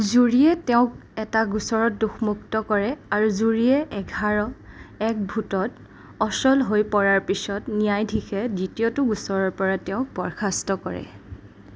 জুৰীয়ে তেওঁক এটা গোচৰত দোষমুক্ত কৰে আৰু জুৰীয়ে এঘাৰ এক ভোটত অচল হৈ পৰাৰ পিছত ন্যায়াধীশে দ্বিতীয়টো গোচৰৰ পৰা তেওঁক বৰ্খাস্ত কৰে